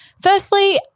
firstly